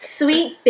sweet